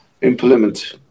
implement